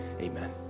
amen